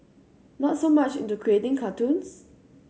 not so much into creating cartoons